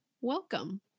Welcome